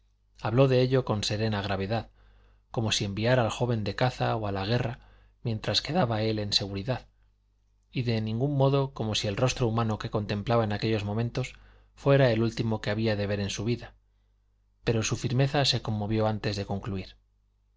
habló de ello con serena gravedad como si enviara al joven de caza o a la guerra mientras quedaba él en seguridad y de ningún modo como si el rostro humano que contemplaba en aquellos momentos fuera el último que había de ver en su vida pero su firmeza se conmovió antes de concluir